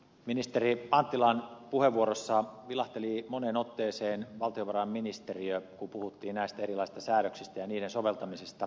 ministeri anttilan puheenvuorossa vilahteli moneen otteeseen valtiovarainministeriö kun puhuttiin näistä erilaisista säädöksistä ja niiden soveltamisista